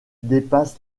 dépasse